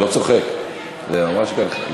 אני לא צוחק, זה ממש כך.